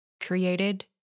Created